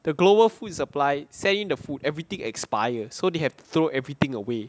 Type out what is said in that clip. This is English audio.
the global food supply saying the food everything expire so they have throw everything away